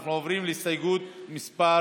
אנחנו עוברים להסתייגות מס'